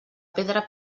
pedra